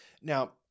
Now